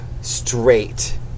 Straight